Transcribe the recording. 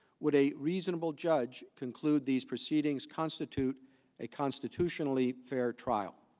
what a reasonable judge conclude these proceedings constitute a constitutionally fair trial?